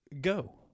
go